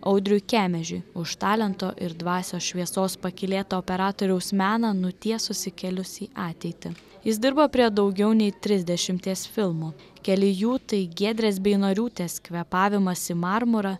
audriui kemežiui už talento ir dvasios šviesos pakylėtą operatoriaus meną nutiesusį kelius į ateitį jis dirbo prie daugiau nei trisdešimties filmų keli jų tai giedrės beinoriūtės kvėpavimas į marmurą